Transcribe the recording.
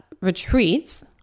retreats